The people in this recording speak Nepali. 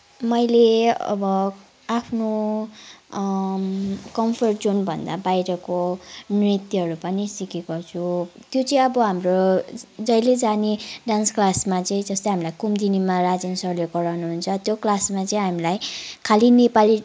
मैले अब आफ्नो कम्फर्ट जोनभन्दा बाहिरको नृत्यहरू पनि सिकेको छु त्यो चाहिँ अब हाम्रो जहिले जाने डान्स क्लासमा चाहिँ जस्तै हामीलाई कुम्दिनीमा राजेन सरले गराउनुहुन्छ त्यो क्लासमा चाहिँ हामीलाई खाली नेपाली